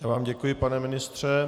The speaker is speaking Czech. Já vám děkuji, pane ministře.